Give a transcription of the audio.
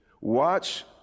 Watch